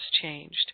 changed